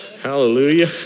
Hallelujah